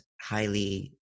highly